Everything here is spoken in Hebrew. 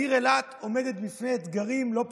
העיר אילת עומדת בפני אתגרים לא פשוטים: